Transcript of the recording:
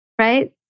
Right